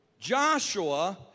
Joshua